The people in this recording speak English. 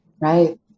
Right